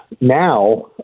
now